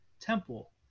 Temple